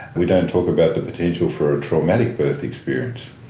we don't talk about the potential for a traumatic birth experience.